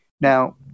Now